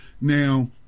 Now